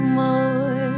more